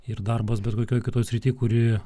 ir darbas bet kokioj kitoj srity kuri